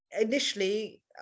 Initially